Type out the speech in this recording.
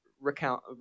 recount